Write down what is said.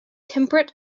temperate